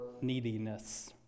neediness